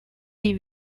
die